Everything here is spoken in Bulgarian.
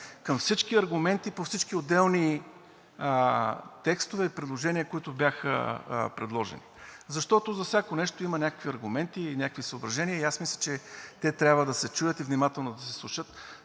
към всички аргументи по всички отделни текстове и предложения, които бяха направени, защото за всяко нещо има някакви аргументи или някакви съображения и аз мисля, че те трябва да се чуят и внимателно да се слушат,